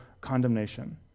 condemnation